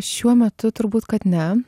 šiuo metu turbūt kad ne